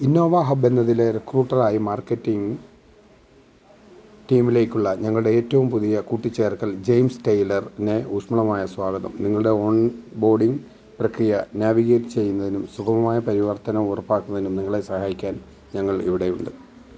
Innova Hub എന്നതിലെ റിക്രൂട്ടറായി marketing ടീമിലേക്കുള്ള ഞങ്ങളുടെ ഏറ്റവും പുതിയ കൂട്ടിച്ചേർക്കൽ ജെയിംസ് ടെയ്ലറിന് ഊഷ്മളമായ സ്വാഗതം നിങ്ങളുടെ ഓൺബോർഡിംഗ് പ്രക്രിയ നാവിഗേറ്റ് ചെയ്യുന്നതിനും സുഗമമായ പരിവർത്തനം ഉറപ്പാക്കുന്നതിനും നിങ്ങളെ സഹായിക്കാൻ ഞങ്ങൾ ഇവിടെയുണ്ട്